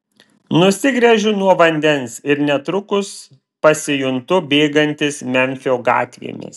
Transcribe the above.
nusigręžiu nuo vandens ir netrukus pasijuntu bėgantis memfio gatvėmis